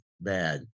bad